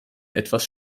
etwas